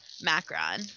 Macron